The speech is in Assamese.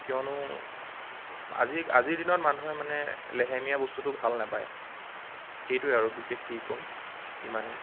কিয়নো আজি আজিৰ দিনত মানুহে মানে লেহেমীয়া বস্তুটো ভাল নাপায় সেইটোৱেই আৰু বিশেষ কি ক'ম ইমানেই